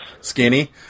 Skinny